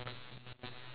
ya